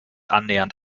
annähernd